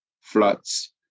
floods